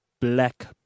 black